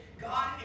God